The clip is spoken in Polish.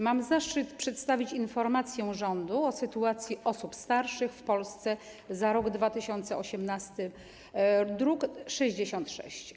Mam zaszczyt przedstawić informację rządu o sytuacji osób starszych w Polsce za rok 2018, druk nr 66.